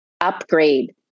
Upgrade